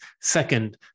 second